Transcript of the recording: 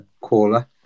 caller